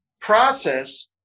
process